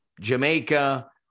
jamaica